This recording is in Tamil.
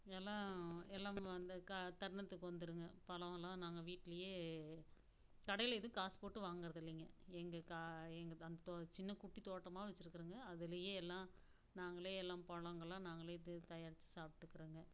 எல்லாம் எல்லாம் அந்த தருணத்துக்கு வந்துடுங்க பழம்லாம் நாங்கள் வீட்டிலயே கடையி எதுவும் காசு போட்டு வாங்குறது இல்லைங்க எங்கள் கா எங்கள் அந்த தோ சின்ன குட்டி தோட்டமாக வச்சிருக்குறோங்க அதுலேயே எல்லாம் நாங்களே எல்லாம் பழங்கள்லாம் நாங்களே இது தயாரித்து சாப்பிட்டுக்குறோங்க